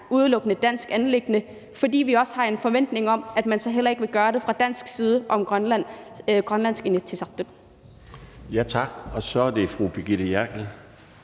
udelukkende danske anliggender, fordi vi har en forventning om, at man så heller ikke vil gøre det fra dansk side i Grønlands Inatsisartut.